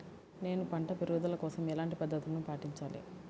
నేను పంట పెరుగుదల కోసం ఎలాంటి పద్దతులను పాటించాలి?